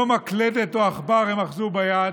לא מקלדת או עכבר הם אחזו ביד